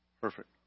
perfect